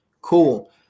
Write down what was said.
cool